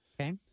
Okay